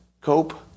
cope